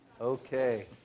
Okay